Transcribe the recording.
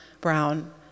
Brown